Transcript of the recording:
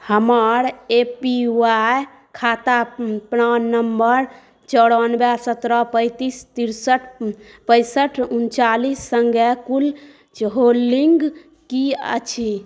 हमर A P Y खाता PRAN number चौरानवे सतरह पैंतीस तिरसठ पैंसठ उनचालीस संगे कुल होल्डिंग की अछि